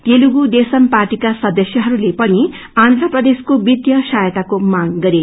तेलगू देशम पार्टीका सदस्यहरूले पनि आन्म्रप्रदेशको वित्तिय सहायाताकोमांग गरे